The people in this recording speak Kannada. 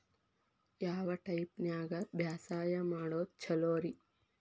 ಯಾವ ಟೈಪ್ ನ್ಯಾಗ ಬ್ಯಾಸಾಯಾ ಮಾಡೊದ್ ಛಲೋರಿ?